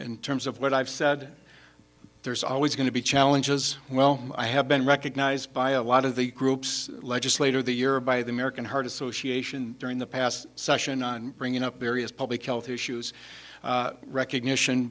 in terms of what i've said there's always going to be challenges well i have been recognized by a lot of the groups legislator the year by the american heart association during the past session on bringing up various public health issues recognition